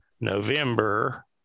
November